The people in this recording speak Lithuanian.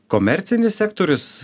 komercinis sektorius